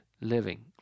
living